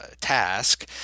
Task